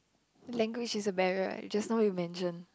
language is a barrier right just now you mention